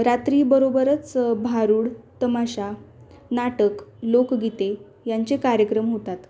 रात्रीबरोबरच भारुड तमाशा नाटक लोकगीते यांचे कार्यक्रम होतात